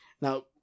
Now